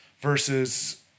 versus